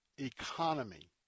economy